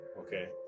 Okay